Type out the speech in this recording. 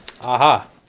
Aha